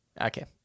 Okay